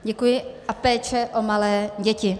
Děkuji a péče o malé děti.